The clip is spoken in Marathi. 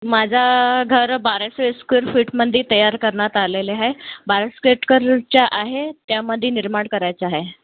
माझं घर बाराशे स्केरफिटमध्ये तयार करण्यात आलेले आहे बारा स्केटकरच्या आहे त्यामध्ये निर्माण करायचं आहे